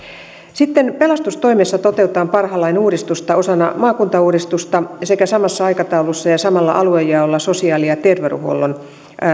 pelastustoimessa toteutetaan parhaillaan uudistusta osana maakuntauudistusta sekä samassa aikataulussa ja samalla aluejaolla sosiaali ja terveydenhuollon